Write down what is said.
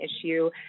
issue